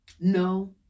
no